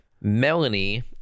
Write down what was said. Melanie